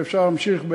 ואפשר להמשיך,